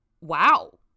wow